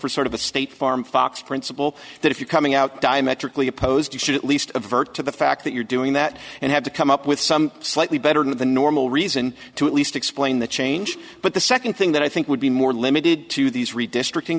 for sort of a state farm fox principle that if you coming out diametrically opposed you should at least virt to the fact that you're doing that and have to come up with some slightly better than the normal reason to at least explain the change but the second thing that i think would be more limited to these redistricting